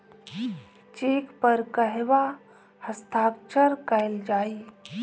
Check पर कहवा हस्ताक्षर कैल जाइ?